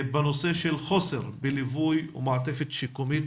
בנושא של חוסר בליווי ומעטפת שיקומית